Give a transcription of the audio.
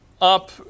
up